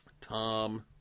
Tom